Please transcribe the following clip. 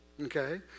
Okay